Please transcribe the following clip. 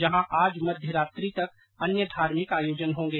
जहां आज मध्यरात्रि तक अन्य धार्भिक आयोजन होगें